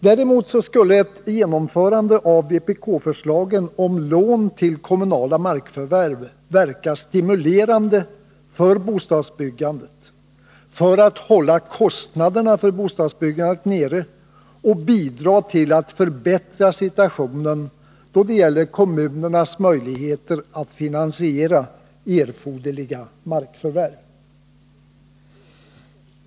Däremot skulle ett genomförande av vpk-förslagen om lån för kommunala markförvärv verka stimulerande på bostadsbyggandet och strävandena att hålla kostnaderna för bostadsbyggandet nere, och det skulle bidra till att förbättra situationen då det gäller kommunernas möjligheter att finansiera erforderliga markförvärv.